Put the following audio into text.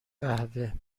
قهوه